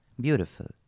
beautiful